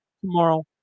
tomorrow